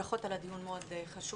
ברכות על הדיון המאוד חשוב.